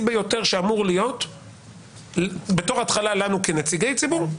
ביותר שאמור להיות בתור התחלה לנו כנציגי ציבור,